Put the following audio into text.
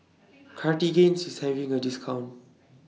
Cartigain IS having A discount